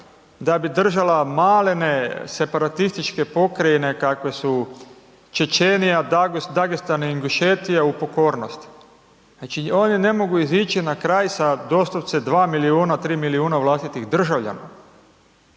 da bi držala malene separatističke pokrajine kakve su Čečenija, Dagestan i Ingušetija u pokornosti. Znači, oni ne mogu izići na kraj sa doslovce 2 milijuna, 3 milijuna vlastitih državljana.